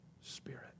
spirit